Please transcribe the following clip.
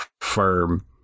firm